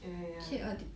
ya ya ya